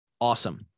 awesome